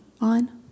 on